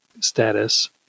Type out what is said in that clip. status